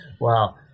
Wow